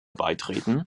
beitreten